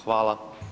Hvala.